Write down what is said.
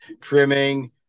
trimming